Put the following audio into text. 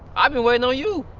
i've been waiting on you.